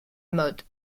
mode